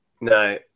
No